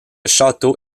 château